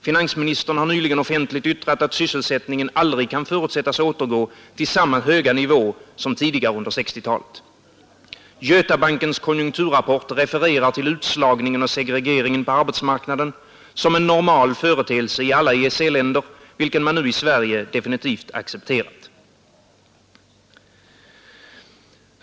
Finansministern har nyligen offentligt yttrat, att sysselsättningen aldrig kan förutsättas återgå till samma nivå som tidigare under 1960-talet. Götabankens konjunkturrapport refererar till utslagningen och segregeringen på arbetsmarknaden som en normal företeelse i alla EEC-länder, vilken man nu i Sverige definitivt accepterat. Den minskande sysselsättningen inom den privatägda sektorn, liksom väntad restriktivitet inom den statliga och kommunala sektorn, som hittills expanderat, gör att problemet tenderar att förvärras.